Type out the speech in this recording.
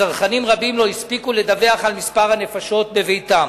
שצרכנים רבים לא הספיקו לדווח על מספר הנפשות בביתם.